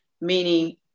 meaning